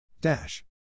Dash